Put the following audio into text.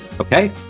okay